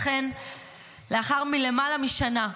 לכן לאחר למעלה משנה,